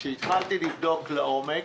כשהתחלתי לבדוק לעומק,